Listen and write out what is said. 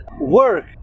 work